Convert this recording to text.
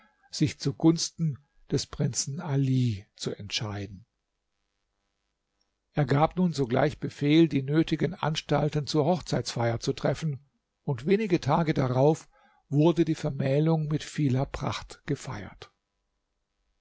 sich zu gunsten des prinzen ali zu entscheiden er gab nun sogleich befehl die nötigen anstalten zur hochzeitsfeier zu treffen und wenige tage darauf wurde die vermählung mit vieler pracht gefeiert